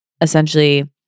essentially